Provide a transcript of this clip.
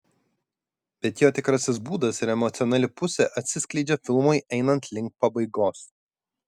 bet jo tikrasis būdas ir emocionali pusė atsiskleidžia filmui einant link pabaigos